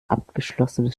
abgeschlossenes